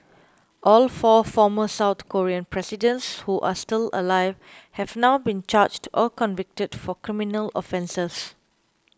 all four former South Korean presidents who are still alive have now been charged or convicted for criminal offences